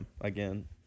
again